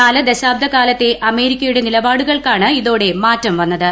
നാല് ദശാബ്ദക്കാലത്തെ അമേരിക്കയുടെ നിലപാടുകൾക്കാണ് ഇതോടെ മാറ്റംവന്നത്